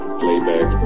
playback